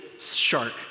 shark